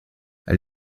elle